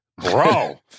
Bro